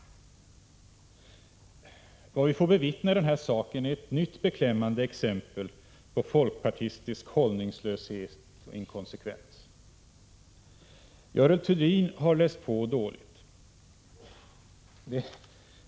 Vad vi får bevittna här är ett nytt beklämmande exempel på folkpartistisk hållningslöshet och inkonsekvens. Görel Thurdin har läst på dåligt.